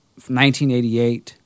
1988